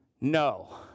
No